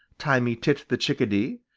tommy tit the chickadee,